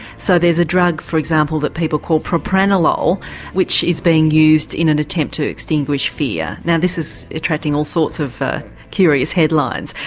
so there's a drug for example that people call propranolol which is being used in an attempt to extinguish fear. now this is attracting all sorts of curious headlines.